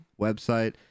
website